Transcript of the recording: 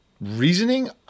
reasoning